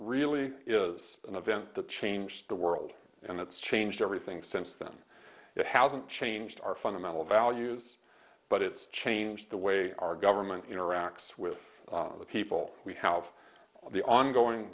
really is an event that changed the world and it's changed everything since then it hasn't changed our fundamental values but it's changed the way our government interacts with the people we have the ongoing